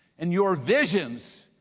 and your visions,